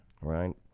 Right